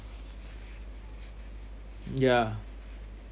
ya